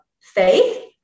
faith